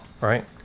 right